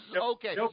okay